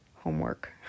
homework